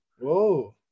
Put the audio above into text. Whoa